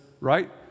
right